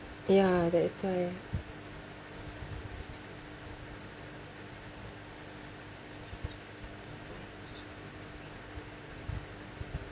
ya that's why